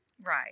Right